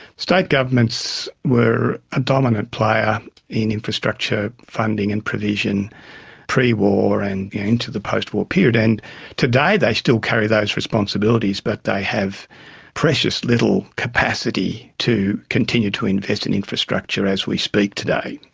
state governments where a dominant player in infrastructure funding and provision pre-war and into the post-war period. and today they still carry those responsibilities but they have precious little capacity to continue to invest in infrastructure as we speak today.